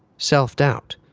self-doubt.